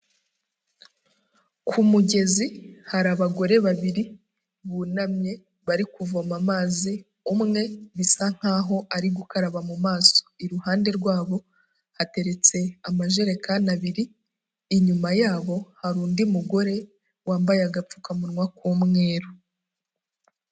Ku mugezi hari abagore babiri bunamye bari kuvoma amazi, umwe bisa nkaho ari gukaraba mu maso, iruhande rwabo hateretse amajerekani abiri, inyuma yabo hari undi mugore wambaye agapfukamunwa k'umweru.